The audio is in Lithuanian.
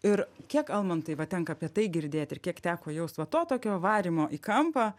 ir kiek almantai va tenka apie tai girdėt ir kiek teko jaust va to tokio varymo į kampą